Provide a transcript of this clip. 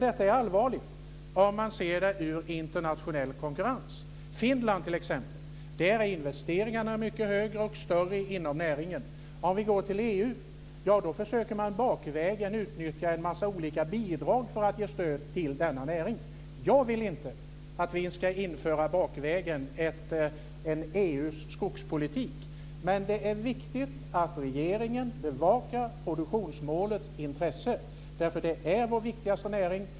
Detta är allvarligt sett till den internationella konkurrensen. I Finland t.ex. är investeringarna mycket större inom näringen. Om vi går till EU så är det på det viset att man bakvägen försöker utnyttja en mängd olika bidrag för att ge stöd till denna näring. Jag vill inte att vi bakvägen inför en EU:s skogspolitik men det är viktigt att regeringen bevakar produktionsmålets intresse därför att det handlar om vår viktigaste näring.